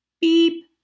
beep